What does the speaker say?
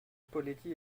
poletti